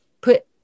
put